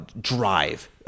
drive